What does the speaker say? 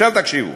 תקשיבו,